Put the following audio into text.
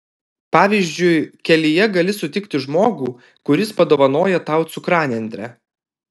pavyzdžiui kelyje gali sutikti žmogų kuris padovanoja tau cukranendrę